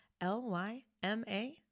L-Y-M-A